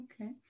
okay